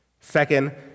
Second